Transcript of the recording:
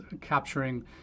capturing